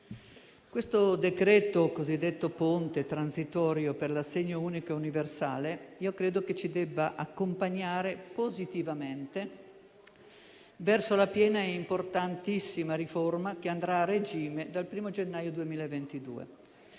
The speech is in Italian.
questo decreto cosiddetto ponte, di natura transitoria per l'assegno unico universale ci debba accompagnare positivamente verso la piena ed importantissima riforma che andrà a regime dal 1° gennaio 2022.